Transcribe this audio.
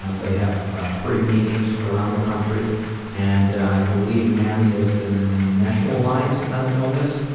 they have free meetings around the country and i believe nami is the national alliance and mental illness.